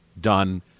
done